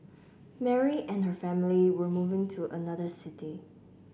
Mary and her family were moving to another city